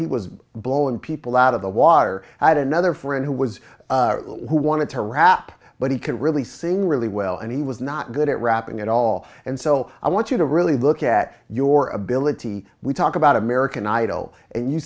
he was blowing people out of the water i had another friend who was who wanted to rap but he can really sing really well and he was not good at rapping at all and so i want you to really look at your ability we talk about american idol and you